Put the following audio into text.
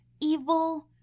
evil